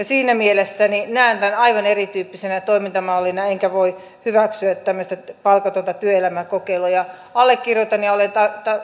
siinä mielessä näen tämän aivan erityyppisenä toimintamallina enkä voi hyväksyä tämmöistä palkatonta työelämäkokeilua allekirjoitan ja olen